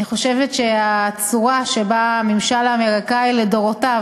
חושבת שהצורה שבה הממשל האמריקני לדורותיו,